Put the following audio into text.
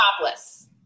Topless